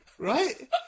Right